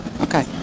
Okay